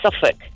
Suffolk